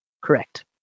Correct